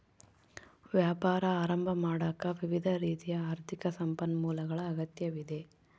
ವ್ಯಾಪಾರ ಆರಂಭ ಮಾಡಾಕ ವಿವಿಧ ರೀತಿಯ ಆರ್ಥಿಕ ಸಂಪನ್ಮೂಲಗಳ ಅಗತ್ಯವಿದೆ